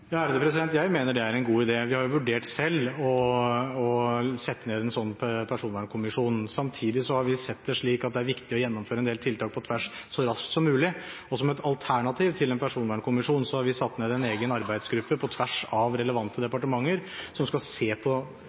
Jeg mener det er en god idé. Vi har selv vurdert å sette ned en slik personvernkommisjon. Samtidig har vi sett det slik at det er viktig å gjennomføre en del tiltak på tvers så raskt som mulig, og som et alternativ til en personvernkommisjon har vi satt ned en egen arbeidsgruppe på tvers av relevante departementer som på mange måter skal se på